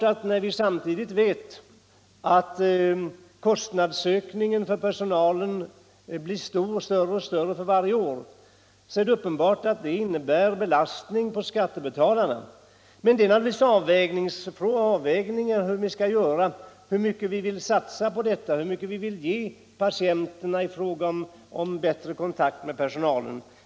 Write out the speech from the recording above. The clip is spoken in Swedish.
Men vi vet samtidigt att kostnadsökningen för personalen blir större och större för varje år, och det innebär självfallet en belastning på skattebetalarna. Det är naturligtvis en fråga om avvägning hur mycket vi vill satsa för att ge personalen en bättre möjlighet till kontakt med patienterna.